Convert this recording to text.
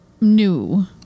new